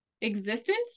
existence